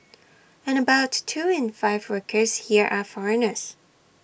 and about two in five workers here are foreigners